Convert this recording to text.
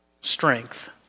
strength